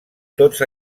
tots